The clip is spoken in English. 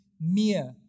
mere